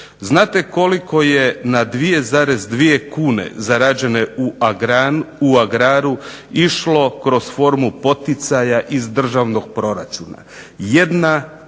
Znate koliko je na 2,2 kune zarađene u Agraru išlo kroz formu poticaja iz državnog proračuna. 1 kuna.